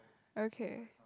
okay